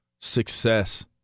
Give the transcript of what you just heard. success